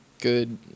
good